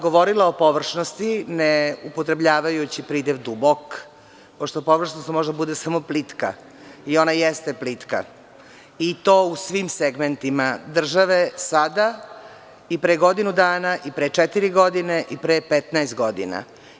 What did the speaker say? Govorila sam o površnosti neupotrebljavajući pridev dubok, pošto površnost može da bude samo plitka i ona jeste plitka i to u svim segmentima države sada, i pre godinu dana, i pre četiri godine i pre 15 godina.